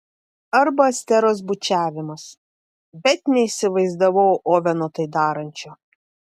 arba esteros bučiavimas bet neįsivaizdavau oveno tai darančio